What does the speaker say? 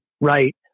Right